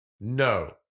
No